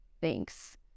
Thanks